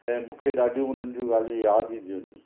ऐं मूंखे ॾाढियूं उन्हनि जूं ॻाल्हियूंं यादि ईंदियूं आहिनि